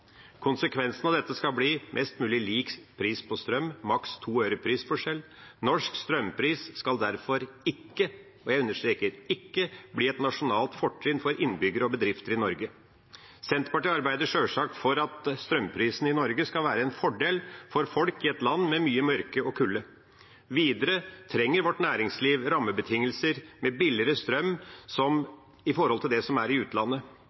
Konsekvensen av dette skal bli mest mulig lik pris på strøm, maks 2 øre prisforskjell. Norsk strømpris skal derfor ikke – og jeg understreker ikke – bli et nasjonalt fortrinn for innbyggere og bedrifter i Norge. Senterpartiet arbeider sjølsagt for at strømprisene i Norge skal være en fordel for folk i et land med mye mørke og kulde. Videre trenger vårt næringsliv rammebetingelser med billigere strøm i forhold til det som er i utlandet.